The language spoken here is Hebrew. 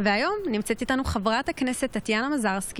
חברי הכנסת, תם סדר-היום.